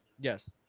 Yes